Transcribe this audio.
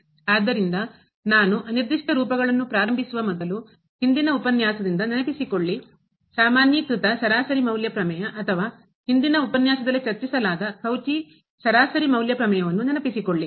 ಆದ್ದರಿಂದ ನಾನು ಅನಿರ್ದಿಷ್ಟ ರೂಪಗಳನ್ನು ಪ್ರಾರಂಭಿಸುವ ಮೊದಲು ಹಿಂದಿನ ಉಪನ್ಯಾಸದಿಂದ ನೆನಪಿಸಿಕೊಳ್ಳಿ ಸಾಮಾನ್ಯೀಕೃತ ಸರಾಸರಿ ಮೌಲ್ಯ ಪ್ರಮೇಯ ಅಥವಾ ಹಿಂದಿನ ಉಪನ್ಯಾಸದಲ್ಲಿ ಚರ್ಚಿಸಲಾದ ಕೌಚಿ ಸರಾಸರಿ ಮೌಲ್ಯ ಪ್ರಮೇಯವನ್ನು ನೆನಪಿಸಿಕೊಳ್ಳಿ